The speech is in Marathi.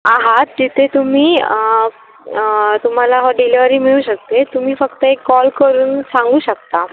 आहात तिथे तुम्ही तुम्हाला डिलेवरी मिळू शकते तुम्ही फक्त एक कॉल करून सांगू शकता